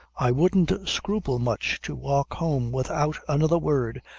i wouldn't scruple much to walk home with' out another word,